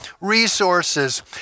resources